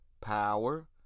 Power